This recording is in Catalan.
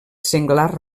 senglar